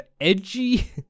Edgy